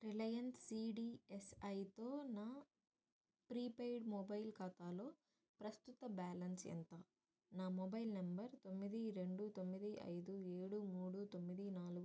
Reliance సీడిఎస్ఐతో నా prepaid mobile ఖాతాలో ప్రస్తుత బ్యాలెన్స్ ఎంత నా మొబైల్ నెంబర్ తొమ్మిది రెండు తొమ్మిది ఐదు ఏడు మూడు తొమ్మిది నాలుగు ఆరు ఆరు